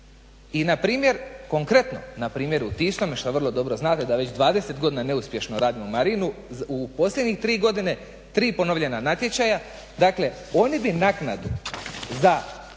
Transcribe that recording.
i na primjer konkretno na primjeru Tisno što vrlo dobro znate, da već 20 godina neuspješno radimo marinu. U posljednjih tri godine tri ponovljena natječaja. Dakle, oni bi naknadu za,